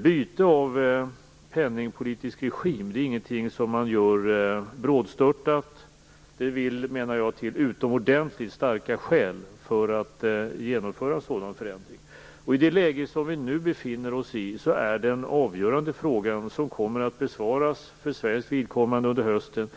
Byte av penningpolitisk regim är inget man gör brådstörtat. Det vill, menar jag, till utomordentligt starka skäl för att genomföra en sådan förändring. I det läge vi nu befinner oss i är den avgörande frågan, som för svenskt vidkommande kommer att besvaras under hösten,